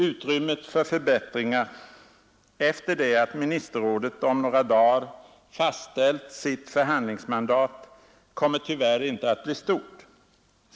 Utrymmet för förbättringar efter det att ministerrådet om några dagar fastställt sitt förhandlingsmandat kommer tyvärr inte att bli stort.